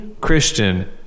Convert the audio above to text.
Christian